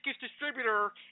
distributor